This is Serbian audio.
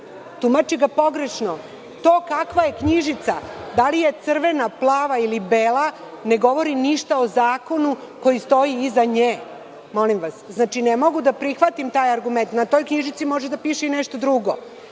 Tumači ga pogrešno. To kakva je knjižica, da li je crvena, plava ili bela, ne govori ništa o zakonu koji stoji iza nje, molim vas. Znači, ne mogu da prihvatim taj argument. Na toj knjižici može da piše i nešto drugo.